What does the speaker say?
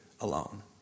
alone